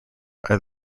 are